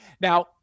Now